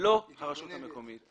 לא הרשות המקומית.